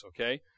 okay